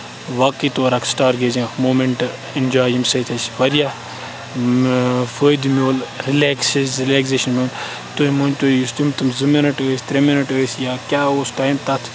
واقعٕے طور اکھ star gazing اَکھ موٗمٮ۪نٛٹہٕ اٮ۪نٛجاے ییٚمہِ سۭتۍ أسۍ واریاہ فٲیدٕ میٛوٗل رِلیکٕس رِلیکزیشَن میٛوٗل تُہۍ مٲنۍ تو یُس تِم تِم زٕ مِنَٹ ٲسۍ ترٛےٚ مِنَٹ ٲسۍ یا کیٛاہ اوس ٹایِم تَتھ